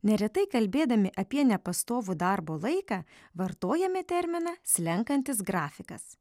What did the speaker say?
neretai kalbėdami apie nepastovų darbo laiką vartojame terminą slenkantis grafikas